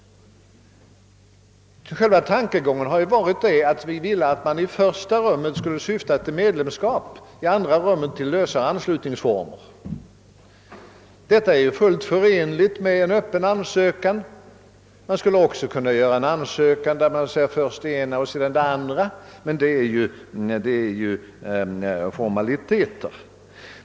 Själva tankegången har varit att vi velat att man i första hand skulle syfta till medlemskap och i andra hand till en lösare anslutningsform. Detta är fullt förenligt med en öppen ansökan. Man skulle också kunna inlämna en ansökan där man begär först det ena och sedan det andra. Men detta är formaliteter.